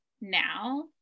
now